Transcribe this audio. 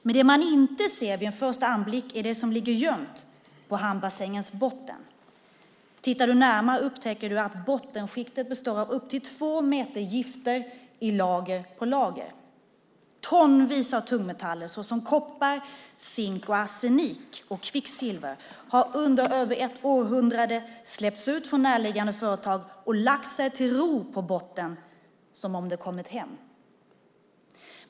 Men det man inte ser vid en första anblick är det som ligger gömt på hamnbassängens botten. Tittar du närmare, upptäcker du att bottenskiktet består av upp till två meter gifter i lager på lager. Tonvis av tungmetaller såsom koppar, zink, arsenik och kvicksilver, har under över ett århundrade släppts ut från närliggande företag och lagt sig till ro på botten som om de kommit hem.